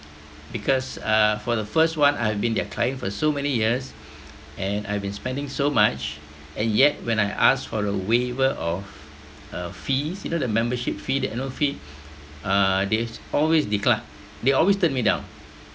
because uh for the first one I have been their client for so many years and I've been spending so much and yet when I ask for a waiver of uh fees you know the membership fee the annual fee uh they always decline they always turn me down